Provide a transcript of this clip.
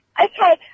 Okay